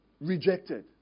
Rejected